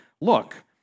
Look